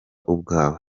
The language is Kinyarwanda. ubwawe